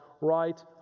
right